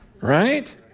right